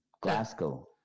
Glasgow